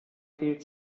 fehlt